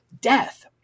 death